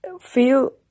feel